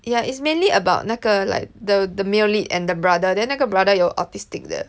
yeah it's mainly about 那个 like the the male lead and the brother then 那个 brother 有 autistic 的